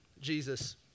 Jesus